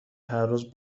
هرروز